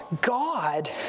God